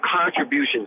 contributions